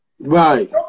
Right